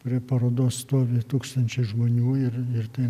prie parodos stovi tūkstančiai žmonių ir ir tai